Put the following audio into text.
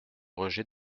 rejet